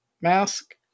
mask